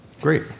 Great